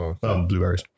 blueberries